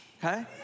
Okay